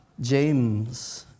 James